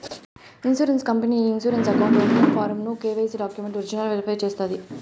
insurance company ఈ insurance account opening form ను KYC డాక్యుమెంట్లు ఒరిజినల్ వెరిఫై చేస్తాది